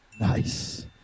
Nice